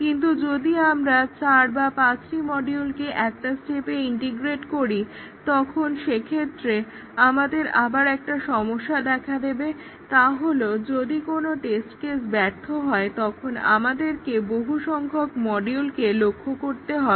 কিন্তু যদি আমরা 4 বা 5 টি মডিউলকে একটা স্টেপে ইন্টিগ্রেট করি তখন সেক্ষেত্রে আমাদের আবার একটা সমস্যা দেখা দেবে তা হলো যদি কোনো টেস্ট কেস ব্যর্থ হয় তখন আমাদেরকে বহুসংখ্যক মডিউলকে লক্ষ্য করতে হবে